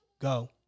Go